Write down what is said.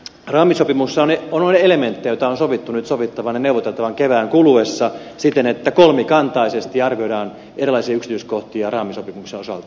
raamisopimuksessa on elementtejä joista on sovittu nyt sovittavan ja neuvoteltavan kevään kuluessa siten että kolmikantaisesti arvioidaan erilaisia yksityiskohtia raamisopimuksen osalta